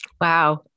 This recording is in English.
Wow